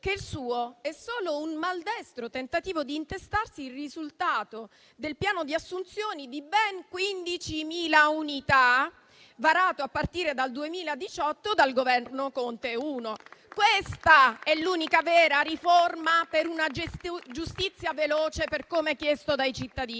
che il suo è solo un maldestro tentativo di intestarsi il risultato del piano di assunzioni di ben 15.000 unità, varato a partire dal 2018 dal Governo Conte I. Questa è l'unica vera riforma per una giustizia veloce, come chiesto dai cittadini.